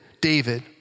David